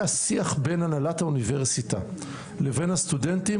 השיח בין הנהלת האוניברסיטה לבין הסטודנטים,